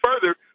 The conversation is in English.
further